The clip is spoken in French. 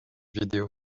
vidéo